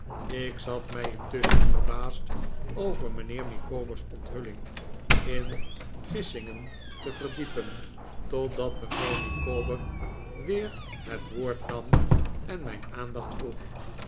ik zat mij intusschen verbaasd over mijnheer micawber s onthulling in gissingen te verdiepen totdat mevrouw micawber weer het woord nam en mijn aandacht vroeg